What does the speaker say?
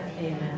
Amen